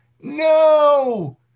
No